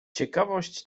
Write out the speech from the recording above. ciekawość